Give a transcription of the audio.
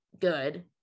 good